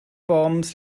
bombs